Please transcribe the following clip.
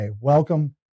Welcome